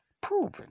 proven